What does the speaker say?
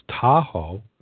Tahoe